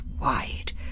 wide